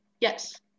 Yes